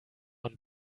und